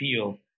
feel